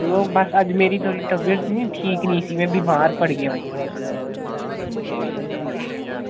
बस अज्ज मेरी थोह्ड़ी तबीयत निं ठीक में बीमार पड़ गया हूं